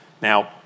Now